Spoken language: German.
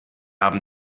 haben